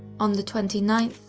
on the twenty ninth,